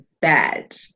bad